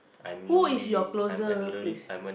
who is your closer